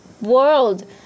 world